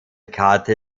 karte